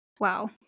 wow